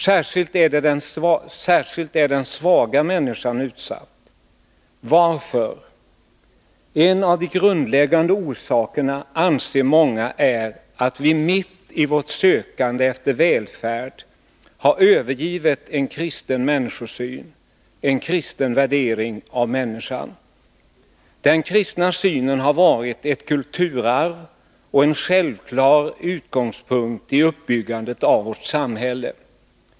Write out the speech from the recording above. Särskilt är den svaga människan utsatt. Varför? En av de grundläggande orsakerna anser många är att vi mitt i vårt sökande efter välfärd har övergivit en kristen människosyn, en kristen värdering av människan. Den kristna synen har varit ett kulturarv och en självklar utgångspunkt i uppbyggandet av vårt samhälle.